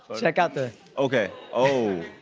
check out the. okay, oh,